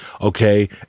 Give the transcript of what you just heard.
Okay